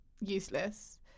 useless